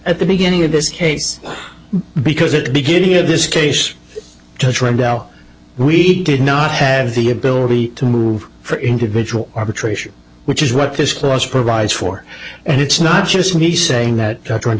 at the beginning of this case because at the beginning of this case to trim down we did not have the ability to move for individual arbitration which is what this clause provides for and it's not just me saying that